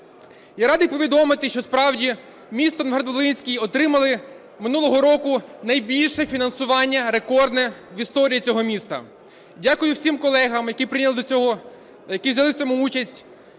І радий повідомити, що справді місто Новград-Волинський отримало минулого року найбільше фінансування, рекордне в історії цього міста. Дякую всім колегам, які взяли в цьому участь,